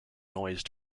noise